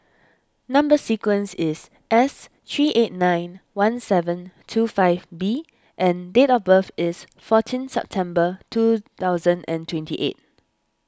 Number Sequence is S three eight nine one seven two five B and date of birth is fourteen September two thousand and twenty eight